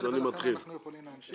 ולכן אנחנו יכולים להמשיך.